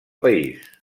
país